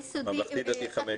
בממלכתי דתי חמש שעות.